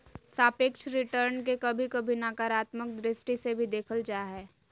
सापेक्ष रिटर्न के कभी कभी नकारात्मक दृष्टि से भी देखल जा हय